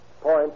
point